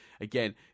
again